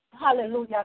Hallelujah